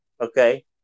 okay